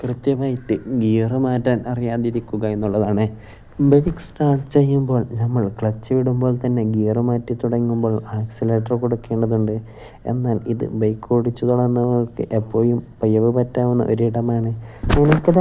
കൃത്യമായിട്ട് ഗിയര് മാറ്റാൻ അറിയാതിരിക്കുക എന്നുള്ളതാണ് ബൈക്ക് സ്റ്റാർട്ട് ചെയ്യുമ്പോൾ നമ്മൾ ക്ലച്ച് വിടുമ്പോൾ തന്നെ ഗിയര് മാറ്റിത്തുടങ്ങുമ്പോൾ ആക്സിലേറ്റർ കൊടുക്കേണ്ടതുണ്ട് എന്നാൽ ഇത് ബൈക്ക് ഓടിച്ചുതുടങ്ങുന്നവർക്ക് എപ്പോഴും പിഴവു പറ്റാവുന്ന ഒരിടമാണ്